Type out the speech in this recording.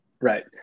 Right